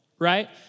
Right